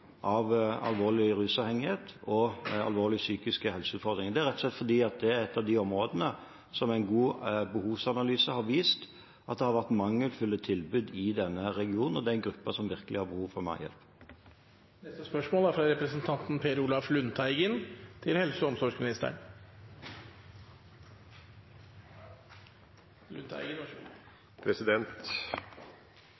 av alvorlig rusavhengighet og alvorlige psykiske helseutfordringer. Det er rett og slett fordi det er et av de områdene som en god behovsanalyse har vist at det har vært mangelfulle tilbud til i denne regionen, og det er en gruppe som virkelig har behov for mer hjelp. Blå Kors Borgestadklinikken i Drammen har mista anbudet med Helse